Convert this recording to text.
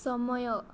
ସମୟ